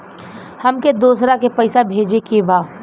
हमके दोसरा के पैसा भेजे के बा?